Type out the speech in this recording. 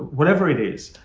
whatever it is.